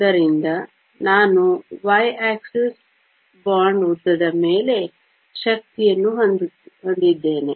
ಆದ್ದರಿಂದ ನಾನು Y axis bond ಉದ್ದದ ಮೇಲೆ ಶಕ್ತಿಯನ್ನು ಹೊಂದಿದ್ದೇನೆ